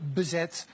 bezet